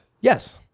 Yes